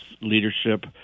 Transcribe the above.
leadership